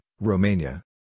Romania